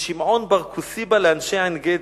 "משמעון בר כוסבא לאנשי עינגדי,